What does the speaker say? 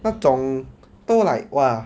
那种都 like !wah!